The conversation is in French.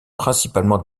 principalement